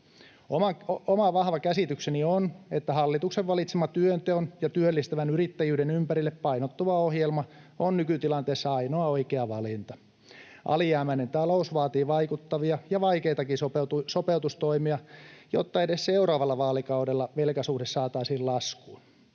Oma vahva käsitykseni on, että hallituksen valitsema työnteon ja työllistävän yrittäjyyden ympärille painottuva ohjelma on nykytilanteessa ainoa oikea valinta. Alijäämäinen talous vaatii vaikuttavia ja vaikeitakin sopeutustoimia, jotta edes seuraavalla vaalikaudella velkasuhde saataisiin laskuun.